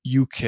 UK